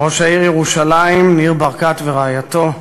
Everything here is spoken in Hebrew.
ראש העיר ירושלים ניר ברקת ורעייתו,